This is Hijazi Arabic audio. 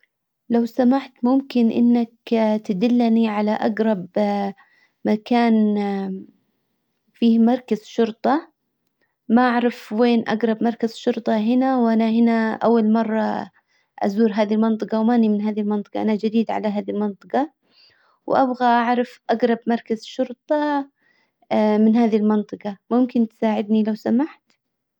لو سمحت ممكن انك تدلني على اجرب مكان فيه مركز شرطة ما اعرف وين اقرب مركز شرطة هنا وانا هنا اول مرة ازور هذي المنطقة وماني من هذي المنطقة انا جديد على هذي المنطقة وابغى اعرف اجرب مركز شرطة من هذه المنطقة. ممكن تساعدني لو سمحت